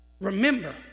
remember